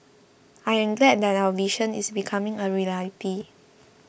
I am glad that our vision is becoming a reality